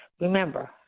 remember